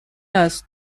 است